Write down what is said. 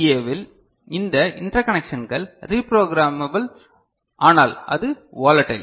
ஏ வில் இந்த இன்டர்கநேக்ஷன்கள் ரீப்ரோக்ராமபல் ஆனால் அது வோலடைல்